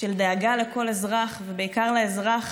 דאגה לכל אזרח ובעיקר לאזרח